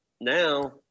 Now